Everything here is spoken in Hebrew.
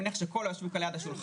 אני מניח שכל היושבים כאן ליד השולחן,